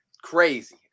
crazy